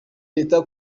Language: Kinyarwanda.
leta